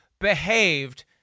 behaved